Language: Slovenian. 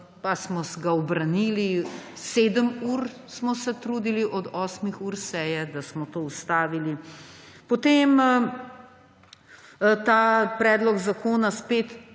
pa smo ga ubranili. 7 ur smo se trudili od 8 ur seje, da smo to ustavili. Potem ta predlog zakona spet